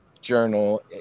journal